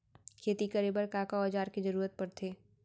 खेती करे बर का का औज़ार के जरूरत पढ़थे?